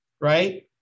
right